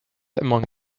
among